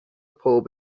pob